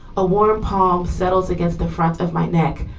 a warm palm settles against the front of my neck,